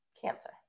Cancer